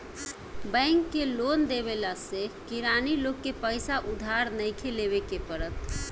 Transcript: bank के loan देवला से किरानी लोग के पईसा उधार नइखे लेवे के पड़त